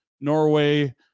Norway